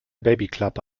babyklappe